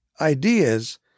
ideas